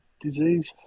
disease